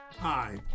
Hi